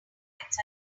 clients